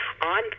on